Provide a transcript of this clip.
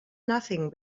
nothing